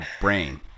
brain